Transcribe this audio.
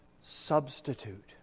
substitute